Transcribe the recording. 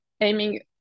aiming